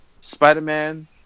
Spider-Man